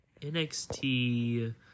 NXT